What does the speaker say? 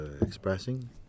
expressing